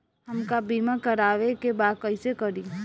हमका बीमा करावे के बा कईसे करी?